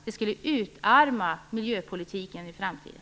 Det skulle utarma miljöpolitiken i framtiden.